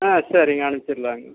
ஆ சரிங்க அனுப்ச்சிடலாங்க